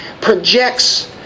projects